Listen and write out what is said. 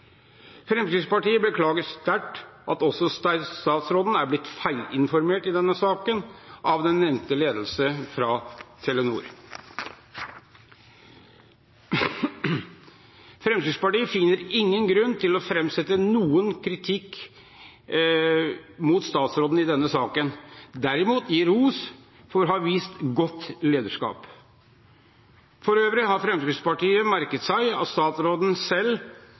Fremskrittspartiet beklager sterkt at også statsråden er blitt feilinformert i denne saken av den nevnte ledelsen fra Telenor. Fremskrittspartiet finner ingen grunn til å framsette noen kritikk mot statsråden i denne saken, derimot gi ros for å ha vist godt lederskap. For øvrig har Fremskrittspartiet merket seg at statsråden selv